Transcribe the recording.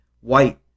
White